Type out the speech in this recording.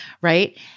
right